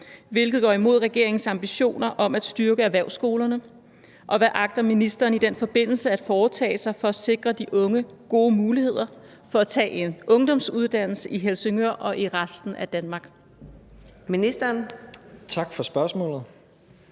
hvilket går imod regeringens ambitioner om at styrke erhvervsskolerne, og hvad agter ministeren i den forbindelse at foretage sig for at sikre de unge gode muligheder for at tage en ungdomsuddannelse i Helsingør og i resten af Danmark? Kl. 13:43 Fjerde